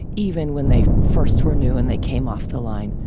even when they first were new and they came off the line.